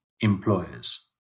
employers